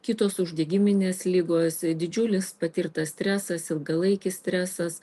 kitos uždegiminės ligos didžiulis patirtas stresas ilgalaikis stresas